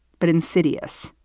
but insidious.